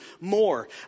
more